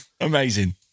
Amazing